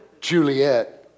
Juliet